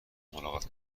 ملاقات